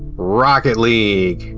rocket league!